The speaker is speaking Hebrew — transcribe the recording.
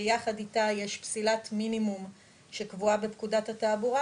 ביחד איתה יש פסילת מינימום שקבועה בפקודת התעבורה,